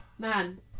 Man